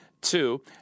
two